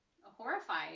horrified